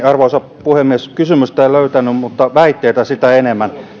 arvoisa puhemies kysymystä en löytänyt mutta väitteitä sitäkin enemmän